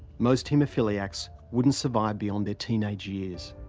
most haemophiliacs wouldn't survive beyond their teenage years.